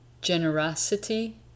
generosity